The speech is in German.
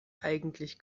eigentlich